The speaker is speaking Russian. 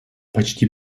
почти